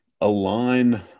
align